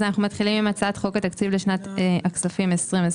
אז אנחנו מתחילים עם הצעת חוק התקציב לשנת הכספים 2023,